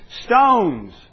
stones